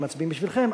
מצביעים בשבילכם,